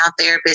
Therapists